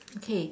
okay